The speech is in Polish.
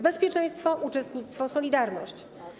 Bezpieczeństwo - Uczestnictwo - Solidarność˝